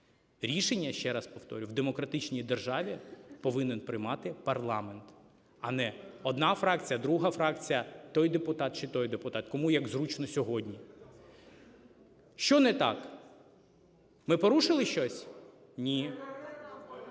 Рішення, ще раз повторюю, в демократичній державі повинен приймати парламент, а не одна фракція, друга фракція, той депутат чи той депутат – кому як зручно сьогодні. Що не так? Ми порушили щось? Ні.